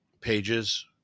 pages